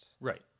Right